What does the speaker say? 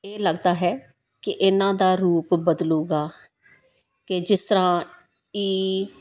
ਇਹ ਲੱਗਦਾ ਹੈ ਕੇ ਇਹਨਾਂ ਦਾ ਰੂਪ ਬਦਲੂਗਾ ਕੇ ਜਿਸ ਤਰ੍ਹਾਂ ਈ